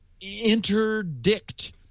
interdict